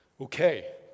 Okay